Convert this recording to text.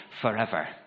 forever